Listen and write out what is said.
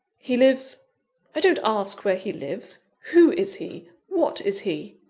he lives i don't ask where he lives. who is he? what is he?